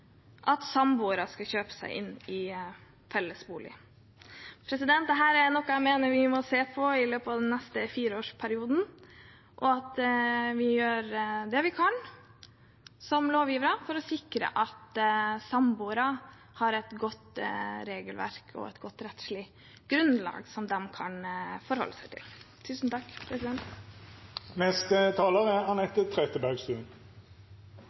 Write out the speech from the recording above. at samboere kan kjøpe seg inn i felles bolig. Dette er noe jeg mener vi må se på i løpet av den neste fireårsperioden, og jeg mener vi som lovgivere må gjøre det vi kan for å sikre at samboere har et godt regelverk og et godt rettslig grunnlag som de kan forholde seg til. I denne saken er